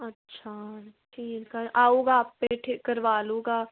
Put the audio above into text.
ਅੱਛਾ ਠੀਕ ਆ ਆਊਗਾ ਆਪੇ ਕਰਵਾ ਲਵੇਗਾ